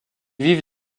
vivent